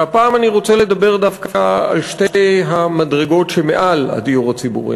והפעם אני רוצה לדבר דווקא על שתי המדרגות שמעל הדיור הציבורי.